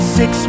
six